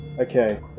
Okay